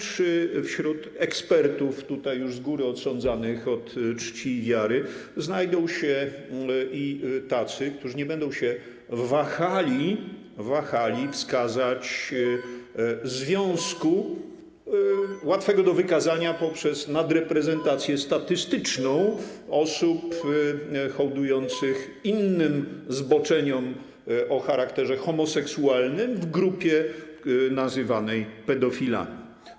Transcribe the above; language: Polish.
Czy wśród ekspertów tutaj już z góry odsądzanych od czci i wiary znajdą się i tacy, którzy nie będą się wahali wskazać związku łatwego do wykazania poprzez nadreprezentację statystyczną osób hołdujących innym zboczeniom o charakterze homoseksualnym w grupie nazywanej pedofilami?